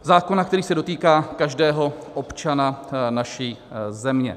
Zákona, který se dotýká každého občana naší země.